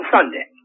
Sunday